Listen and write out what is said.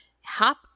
Hop